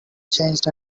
changed